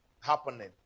happening